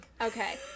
Okay